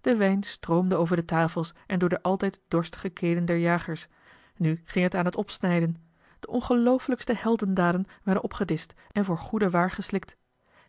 de wijn stroomde over de tafels en door de altijd dorstige kelen der jagers en spoedig raakten de tongen weer los nu ging het aan het opsnijden de ongeloofelijkste heldendaden werden opgedischt en voor goede waar geslikt